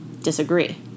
disagree